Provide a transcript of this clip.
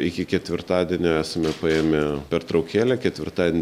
iki ketvirtadienio esame paėmė pertraukėlę ketvirtadien